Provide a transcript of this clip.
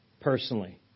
personally